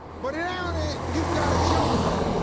but and ah and you gotta jump, though.